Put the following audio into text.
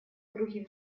другим